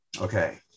okay